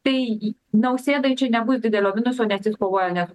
tai nausėdai čia nebus didelio minuso nes jis kovoja ne